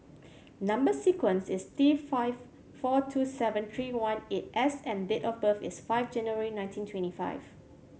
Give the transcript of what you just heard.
number sequence is T five four two seven three one eight S and date of birth is five January nineteen twenty five